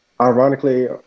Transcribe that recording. Ironically